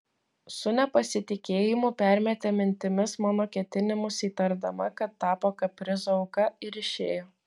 su nepasitikėjimu permetė mintimis mano ketinimus įtardama kad tapo kaprizo auka ir išėjo